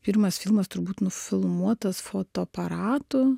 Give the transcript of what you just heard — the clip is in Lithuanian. pirmas filmas turbūt nufilmuotas fotoaparatu